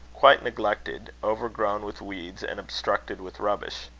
quite neglected, overgrown with weeds, and obstructed with rubbish.